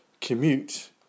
commute